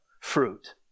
fruit